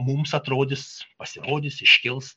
mums atrodys pasirodys iškils